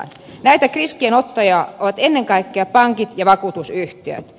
näitä riskien ottajia ovat ennen kaikkea pankit ja vakuutusyhtiöt